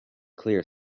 clear